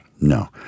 No